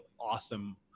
awesome